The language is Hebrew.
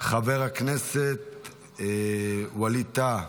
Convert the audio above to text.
חבר הכנסת ווליד טאהא,